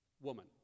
woman